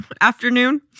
afternoon